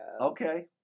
okay